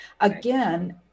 Again